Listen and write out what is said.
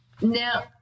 now